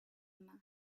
mass